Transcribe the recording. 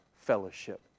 fellowship